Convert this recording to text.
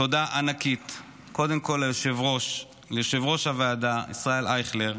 תודה ענקית קודם כול ליושב-ראש הוועדה ישראל אייכלר,